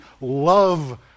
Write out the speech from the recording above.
love